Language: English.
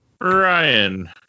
Ryan